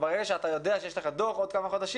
וברגע שאתה יודע שיש לך דוח עוד כמה חודשים